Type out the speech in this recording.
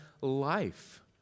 life